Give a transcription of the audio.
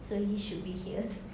so he should be here